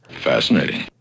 Fascinating